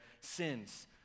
sins